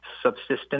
subsistence